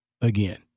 again